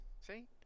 See